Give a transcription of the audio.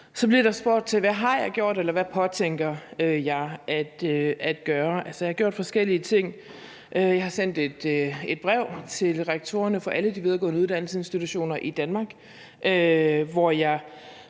Så bliver der spurgt til, hvad jeg har gjort, eller hvad jeg påtænker at gøre. Jeg har gjort forskellige ting. Jeg har sendt et brev til rektorerne for alle de videregående uddannelsesinstitutioner i Danmark, hvor jeg